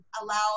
allow